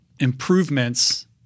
improvements